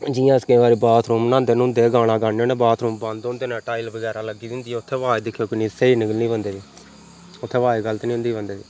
जियां अस केईं बारी बाथरूम न्हांदे नुंह्दे गाना गान्ने होन्ने आं बाथरूम बंद होंदे न टाइल बगैरा लग्गी दी होंदी ऐ उत्थे अवाज दिक्खेओ किन्नी स्हेई निकलनी बन्दे दी उत्थें अवाज गलत नी होंदी बन्दे दी